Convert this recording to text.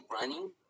running